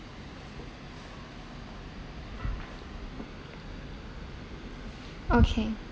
okay